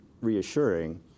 reassuring